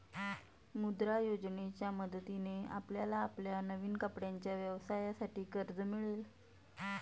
मुद्रा योजनेच्या मदतीने आपल्याला आपल्या नवीन कपड्यांच्या व्यवसायासाठी कर्ज मिळेल